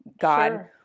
God